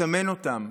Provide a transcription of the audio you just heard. מסמן אותם,